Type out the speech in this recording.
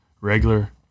regular